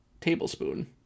tablespoon